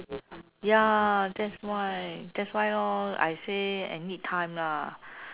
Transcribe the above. ya that's why that's why lor I say I need time lah